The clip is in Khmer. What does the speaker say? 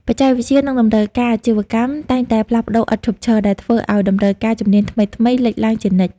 បច្ចេកវិទ្យា និងតម្រូវការអាជីវកម្មតែងតែផ្លាស់ប្ដូរឥតឈប់ឈរ ដែលធ្វើឱ្យតម្រូវការជំនាញថ្មីៗលេចឡើងជានិច្ច។